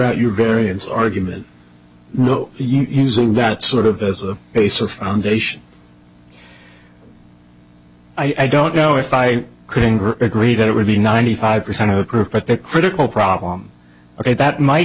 out your variance argument no using that sort of as a base or foundation i don't know if i could inger agree that it would be ninety five percent of a group but the critical problem ok that might